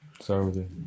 sorry